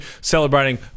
celebrating